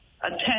attend